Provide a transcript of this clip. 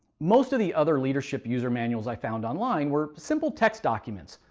most of the other leadership user manuals i found online were simple text documents,